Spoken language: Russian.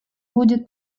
будет